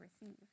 receive